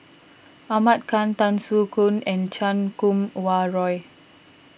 Ahmad Khan Tan Soo Khoon and Chan Kum Wah Roy